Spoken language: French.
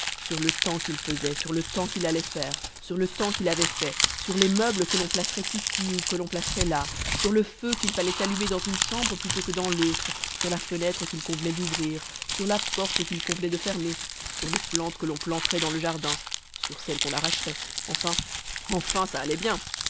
sur le temps qu'il faisait sur le temps qu'il allait faire sur le temps qu'il avait fait sur les meubles que l'on placerait ici ou que l'on placerait là sur le feu qu'il fallait allumer dans une chambre plutôt que dans l'autre sur la fenêtre qu'il convenait d'ouvrir sur la porte qu'il convenait de fermer sur les plantes que l'on planterait dans le jardin sur celles qu'on arracherait enfin enfin ça allait bien